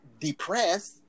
depressed